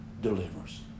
delivers